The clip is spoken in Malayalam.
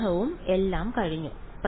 സംഗ്രഹവും എല്ലാം കഴിഞ്ഞു